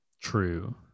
True